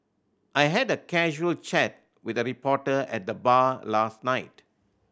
I had a casual chat with a reporter at the bar last night